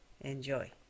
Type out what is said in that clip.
enjoy